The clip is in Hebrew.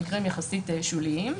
במקרים יחסית שוליים,